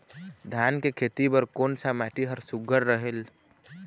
धान के खेती बर कोन सा माटी हर सुघ्घर रहेल?